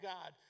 God